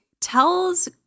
tells